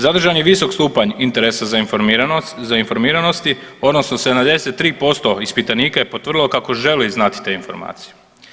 Zadržan je visok stupanj interesa za informiranosti odnosno 73% ispitanika je potvrdilo kako želi znati te informacije.